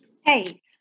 Hey